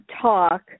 talk